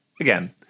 Again